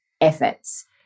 efforts